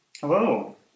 Hello